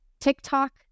TikTok